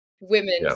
women